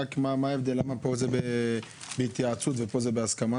למה כתוב פעם אחת בהתייעצות ופעם אחת בהסכמה?